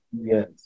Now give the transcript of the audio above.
Yes